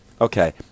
okay